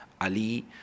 Ali